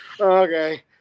okay